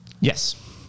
Yes